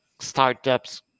startups